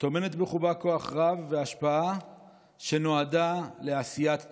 טומנת בחובה כוח רב והשפעה שנועדה לעשיית טוב.